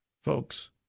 Folks